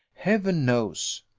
heaven knows!